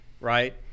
Right